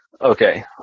Okay